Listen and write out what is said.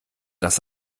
das